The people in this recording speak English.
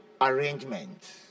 arrangement